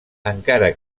encara